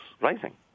rising